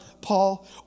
Paul